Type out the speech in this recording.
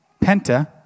Penta